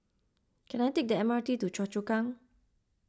can I take the M R T to Choa Chu Kang